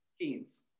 Jeans